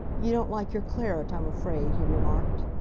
you don't like your claret, i'm afraid, he remarked.